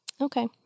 okay